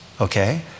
okay